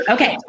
Okay